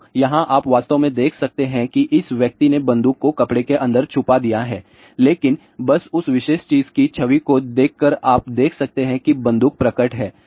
तो यहां आप वास्तव में देख सकते हैं कि इस व्यक्ति ने बंदूक को कपड़े के अंदर छुपा दिया है लेकिन बस उस विशेष चीज की छवि को देखकर आप देख सकते हैं कि बंदूक प्रकट है